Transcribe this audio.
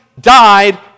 died